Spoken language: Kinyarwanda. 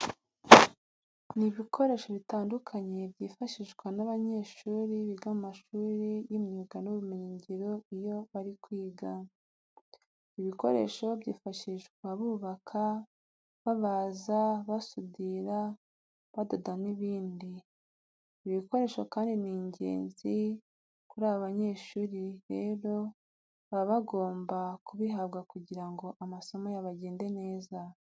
Ni ibikoresho bitandukanye byifashishwa n'abanyeshuri biga mu mashuri y'imyuga n'ubumenyingiro iyo bari kwiga. Ibyo bikoresho byifashishwa bubaka, babaza, basudira, badoda n'ibindi. Ibi bikoresho kandi n'ingenzi kuri aba banyeshuri, rero baba bagomba kubihabwa kugira ngo amasomo yabo agende neza.